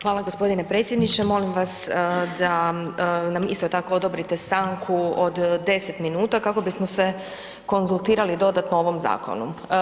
Hvala g. predsjedniče, molim vas da nam isto tako odobrite stanku od 10 minuta kako bismo se konzultirali dodatno o ovom zakonu.